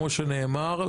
כמו שנאמר,